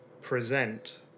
present